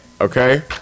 Okay